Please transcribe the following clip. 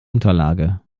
unterlage